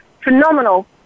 phenomenal